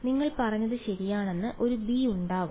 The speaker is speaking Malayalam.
നിങ്ങൾ പറഞ്ഞത് ശരിയാണെന്ന് ഒരു ബി ഉണ്ടാകും